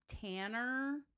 Tanner